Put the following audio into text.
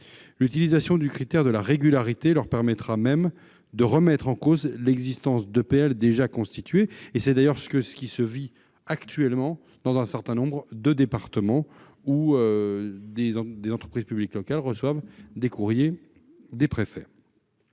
L'utilisation du critère de la régularité leur permettrait même de remettre en cause l'existence d'EPL déjà constituées. C'est d'ailleurs ce qui se passe actuellement dans un certain nombre de départements : des entreprises publiques locales reçoivent des courriers des préfets.